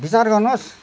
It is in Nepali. विचार गर्नुहोस्